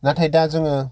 नाथाय दा जोङो